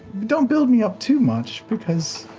don't build me up too much because,